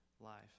life